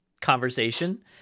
conversation